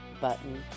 button